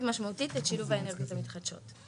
משמעותית את שילוב האנרגיות המתחדשות.